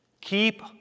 Keep